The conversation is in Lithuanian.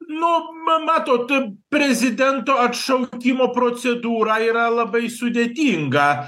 nu ma matot prezidento atšaukimo procedūra yra labai sudėtinga